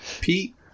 Pete